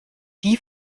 die